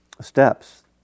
steps